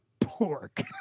pork